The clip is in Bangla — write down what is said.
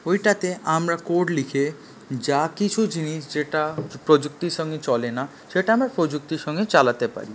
ওইটাতে আমরা কোড লিখে যা কিছু জিনিস যেটা প্রযুক্তির সঙ্গে চলে না সেটা আমরা প্রযুক্তির সঙ্গে চালাতে পারি